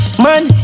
man